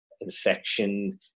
infection